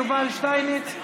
יובל שטייניץ,